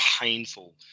painful